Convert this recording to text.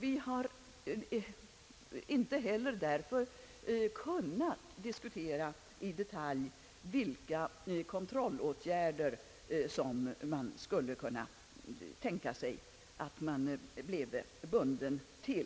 Vi har därför inte heller i detalj kunnat diskutera vilka kontrollåtgärder som man skulle kunna tänka sig att bli bundna till.